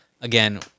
again